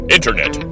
Internet